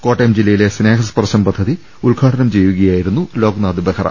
കോട്ടയം ജില്ലയിലെ സ്നേഹസ്പർശം പദ്ധതി ഉദ്ഘാടനം ചെയ്യുകയായിരുന്നു ലോക്നാഥ് ബെഹ്റ